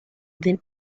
then